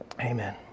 Amen